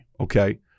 okay